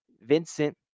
Vincent